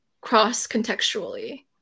cross-contextually